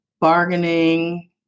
bargaining